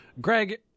Greg